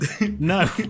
no